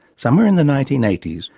somewhere in the nineteen eighty s,